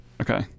Okay